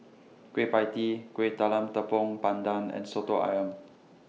Kueh PIE Tee Kueh Talam Tepong Pandan and Soto Ayam